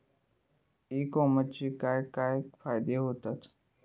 E कॉमर्सचे काय काय फायदे होतत?